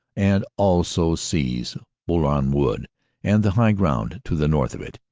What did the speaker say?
and also seize bourlon wood and the high ground to the north of it.